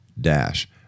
dash